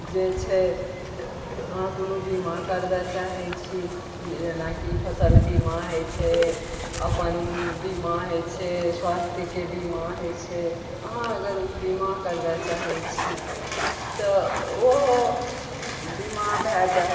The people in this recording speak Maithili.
जे छै अहाँ कोनो बीमा करबए चाहै छी जे जेनाकि फसल बीमा होइ छै अपन बीमा होइ छै स्वास्थके बीमा होइ छै अहाँ अगर ओ बीमा करबए चाहै छी तऽ ओहो बीमा भए जाएत